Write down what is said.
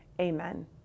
amen